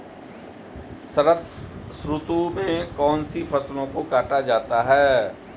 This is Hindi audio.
शरद ऋतु में कौन सी फसलों को काटा जाता है?